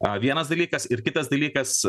a vienas dalykas ir kitas dalykas